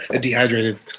Dehydrated